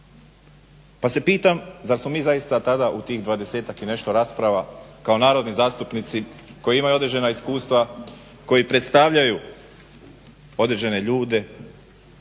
Pa se pitam zar smo mi zaista tada u tih 20-tak i nešto rasprava kao narodni zastupnici koji imaju određena iskustva, koji predstavljaju određene ljude,